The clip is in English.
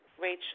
Rachel